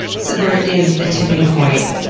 so there is a tipping point,